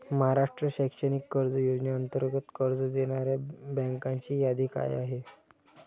महाराष्ट्र शैक्षणिक कर्ज योजनेअंतर्गत कर्ज देणाऱ्या बँकांची यादी काय आहे?